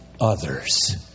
others